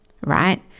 right